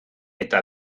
eta